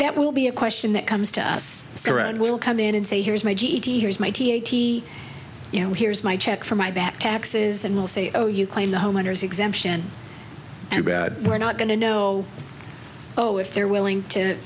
that will be a question that comes to us surround will come in and say here's my g t here's my tea eighty you know here's my check for my back taxes and we'll say oh you claim the homeowners exemption and bad we're not going to know oh if they're willing to